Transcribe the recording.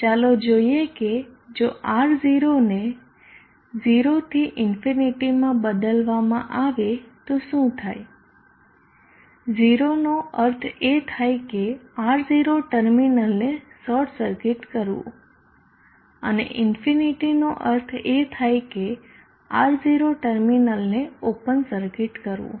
ચાલો જોઈએ કે જો R0 ને 0 થી ∞ માં બદલવામાં આવે તો શું થાય 0 નો અર્થ એ થાય કે R0 ટર્મિનલને શોર્ટ સરકિટ કરવું અને ∞ નો અર્થ એ થાય કે R0 ટર્મિનલને ઓપન સરકિટ કરવું